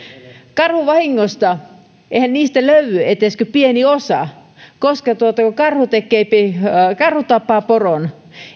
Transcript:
karhuvahingoista löydy edes kuin pieni osa koska kun karhu tappaa poron